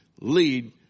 lead